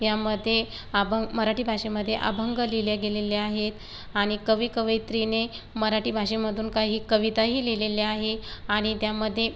यामध्ये आभम् मराठी भाषेमध्ये अभंग लिहिले गेलेले आहेत आणि कवी कवयित्रीने मराठी भाषेमधून काही कविताही लिहिलेल्या आहे आणि त्यामध्ये